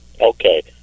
Okay